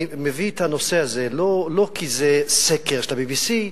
אני מביא את הנושא הזה, לא כי זה סקר של ה-BBC,